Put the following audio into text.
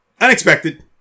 Unexpected